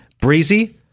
Breezy